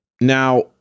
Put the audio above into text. now